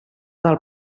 del